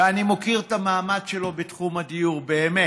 ואני מוקיר את המאמץ שלו בתחום הדיור, באמת,